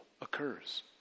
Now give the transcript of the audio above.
occurs